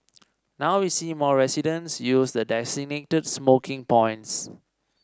now we see more residents use the designated smoking points